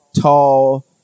tall